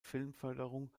filmförderung